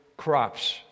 crops